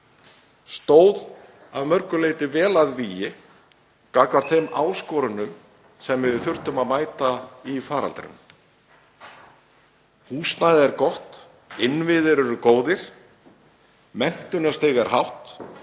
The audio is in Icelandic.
stóð að mörgu leyti vel að vígi gagnvart þeim áskorunum sem við þurftum að mæta í faraldrinum. Húsnæði er gott, innviðir eru góðir, menntunarstig er hátt,